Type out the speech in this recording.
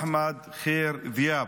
אחמד ח'יר ד'יאב,